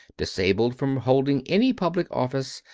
disabled from holding any public office,